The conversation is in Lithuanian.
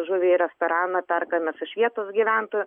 žuvį į restoraną perkam mes iš vietos gyventojų